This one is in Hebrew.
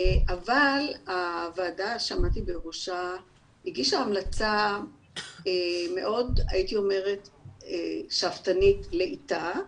אבל הוועדה שעמדתי בראשה הגישה המלצה מאוד שאפתנית לעיתה,